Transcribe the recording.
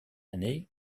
année